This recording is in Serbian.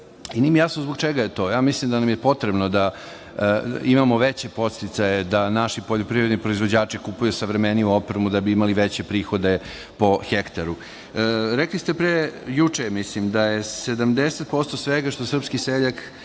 i nije mi jasno zbog čega je to. Mislim da nam je potrebno da imamo veće podsticaje da naši poljoprivredni proizvođači kupuju savremeniju opremu da bi imali veće prihode po hektaru. Rekli ste, mislim juče, da je 70% svega što srpski seljak